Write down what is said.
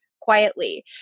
quietly